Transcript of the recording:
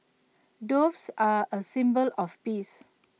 doves are A symbol of peace